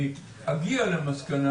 שאגיע למסקנה